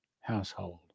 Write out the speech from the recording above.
household